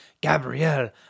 Gabrielle